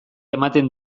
ematen